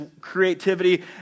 creativity